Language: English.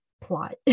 plot